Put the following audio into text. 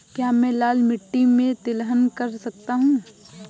क्या मैं लाल मिट्टी में तिलहन कर सकता हूँ?